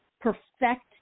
Perfect